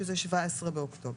שזה 17 באוקטובר.